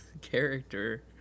character